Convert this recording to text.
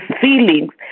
feelings